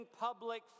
public